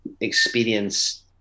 experience